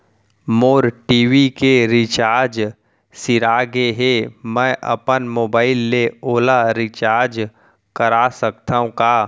मोर TV के recharge सिरा गे हे, मैं अपन मोबाइल ले ओला रिचार्ज करा सकथव का?